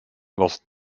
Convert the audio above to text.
was